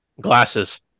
Glasses